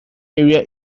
area